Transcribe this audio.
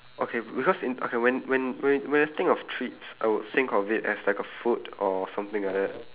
okay because in okay when when whe~ when I think of treats I would think of it as like a food or something like that